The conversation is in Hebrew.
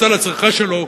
בסל הצריכה שלו,